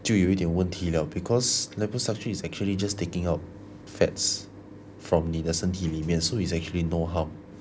就有一点问题 liao because liposuction is actually just taking out fats from 你的身体里面 so is actually no harm